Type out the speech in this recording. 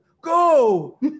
go